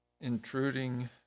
intruding